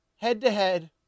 head-to-head